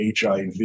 HIV